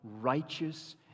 righteous